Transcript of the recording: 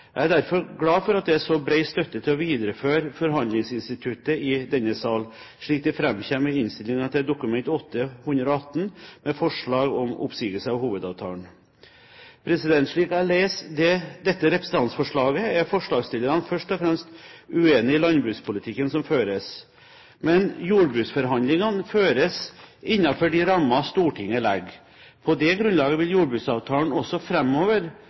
Jeg er derfor glad for at det er så bred støtte til å videreføre forhandlingsinstituttet i denne sal, slik det framkommer i innstillingen til Dokument 8:118 S, med forslag om oppsigelse av hovedavtalen. Slik jeg leser dette representantforslaget, er forslagsstillerne først og fremst uenig i landbrukspolitikken som føres. Men jordbruksforhandlingene føres innenfor de rammene Stortinget legger. På det grunnlaget vil jordbruksavtalen også